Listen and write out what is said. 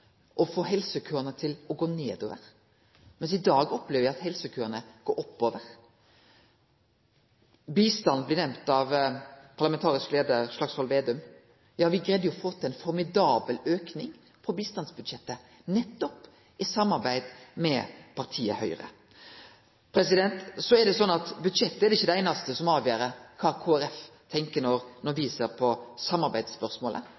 å få helsekøane til å gå nedover, medan me i dag opplever at helsekøane går oppover. Bistand blei nemnd av parlamentarisk leiar Slagsvold Vedum. Ja, me greidde å få til ein formidabel auke i bistandsbudsjettet, nettopp i samarbeid med partiet Høgre. Budsjett er ikkje det einaste som avgjer kva Kristeleg Folkeparti tenkjer på når me ser på samarbeidsspørsmålet,